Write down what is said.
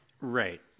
Right